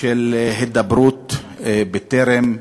של הידברות בטרם.